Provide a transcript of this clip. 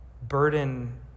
Burden